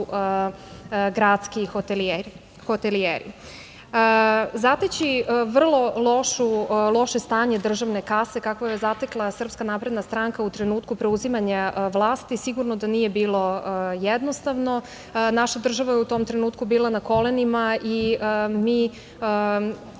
gradski hotelijeri. Zateći vrlo loše stanje državne kase, kakvo je zatekla SNS u trenutku preuzimanja vlasti, sigurno da nije bilo jednostavno. Naša država je u tom trenutku bila na kolenima i mi